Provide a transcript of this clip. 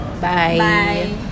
Bye